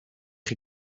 chi